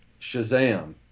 Shazam